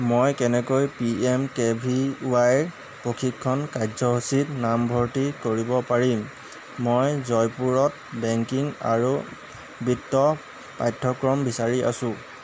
মই কেনেকৈ P M K V Y ৰ প্ৰশিক্ষণ কাৰ্যসূচীত নাম ভৰ্তি কৰিব পাৰিম মই জয়পুৰত বেংকিং আৰু বিত্ত পাঠ্যক্ৰম বিচাৰি আছোঁ